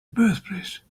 birthplace